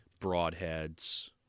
broadheads